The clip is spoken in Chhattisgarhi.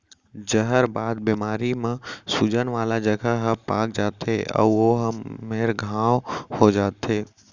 जहरबाद बेमारी म सूजन वाला जघा ह पाक जाथे अउ ओ मेरा घांव हो जाथे